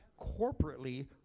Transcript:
corporately